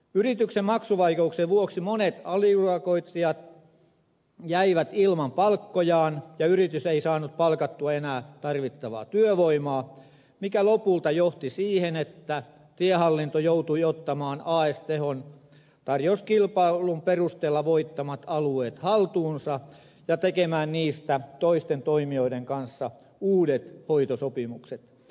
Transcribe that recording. yrityksen maksuvaikeuksien vuoksi monet aliurakoitsijat jäivät ilman palkkojaan ja yritys ei saanut palkattua enää tarvittavaa työvoimaa mikä lopulta johti siihen että tiehallinto joutui ottamaan as tehon tarjouskilpailun perusteella voittamat alueet haltuunsa ja tekemään niistä toisten toimijoiden kanssa uudet hoitosopimukset